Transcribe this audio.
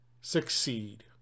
succeed